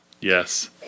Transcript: Yes